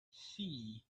see